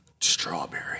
Strawberry